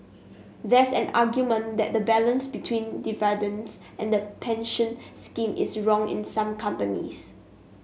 there's an argument that the balance between dividends and the pension scheme is wrong in some companies